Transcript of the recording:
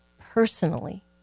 personally